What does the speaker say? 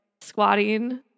squatting